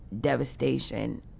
devastation